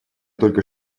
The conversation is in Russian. только